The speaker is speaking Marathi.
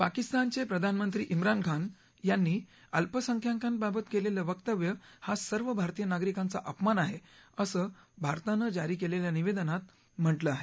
पाकिस्तानचे प्रधानमंत्री इमरान खान यांनी अल्पसंख्याकांबाबत केलेले वक्तव्य हा सर्व भारतीय नागरिकांचा अपमान आहे असं भारतानं जारी केलेल्या निवेदनात म्हटलं आहे